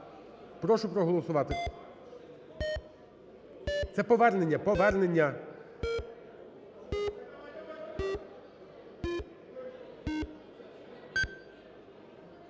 Прошу проголосувати. Це повернення.